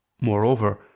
Moreover